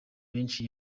benshi